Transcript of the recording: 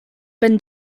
been